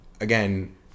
again